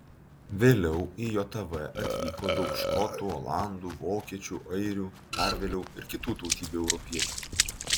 vėliau į jav atvyko daug škotų olandų vokiečių airių dar vėliau ir kitų tautybių europiečių